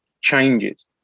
changes